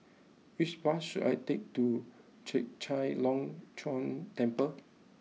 which bus should I take to Chek Chai Long Chuen Temple